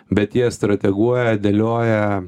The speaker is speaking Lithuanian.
bet jie strateguoja dėlioja